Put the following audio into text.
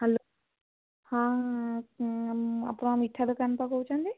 hello ହଁ ଆପଣ ମିଠା ଦୋକାନୀ ତ କହୁଛନ୍ତି